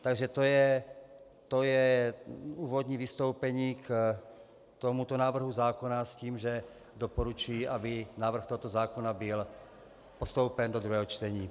Takže to je úvodní vystoupení k tomuto návrhu zákona s tím, že doporučuji, aby návrh tohoto zákona byl postoupen do druhého čtení.